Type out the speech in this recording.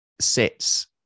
sits